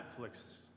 Netflix